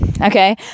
Okay